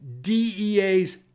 DEA's